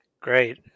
Great